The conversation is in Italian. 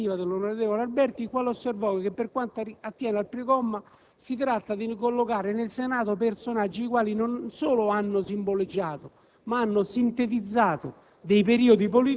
Costituzione nasce, dunque, su iniziativa dell'onorevole Alberti, il quale osservò che per quanto attiene al primo comma «si tratta di ricollocare nel Senato personaggi i quali non solo hanno simboleggiato,